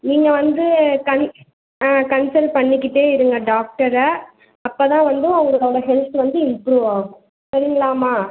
நீங்கள் வந்து கன் ஆ கன்சல்ட் பண்ணிக்கிட்டே இருங்க டாக்டரை அப்போ தான் வந்து உங்களுக்கு உங்கள் ஹெல்த்து வந்து இம்ப்ரூவ்வாகும் சரிங்களாம்மா